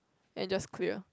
and just clear